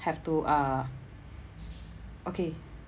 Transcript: have to uh okay